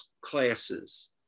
classes